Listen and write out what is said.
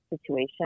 situation